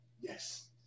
Yes